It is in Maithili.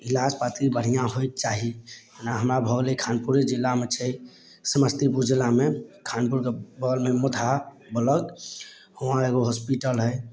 इलाज पाती बढ़िआँ होइके चाही जेना हमरा घर अइ खानपुरे जिलामे छै समस्तीपुर जिलामे खानपुरके बगलमे मुतहा ब्लॉक हुआँ एगो हॉस्पिटल हइ